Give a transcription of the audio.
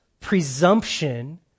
presumption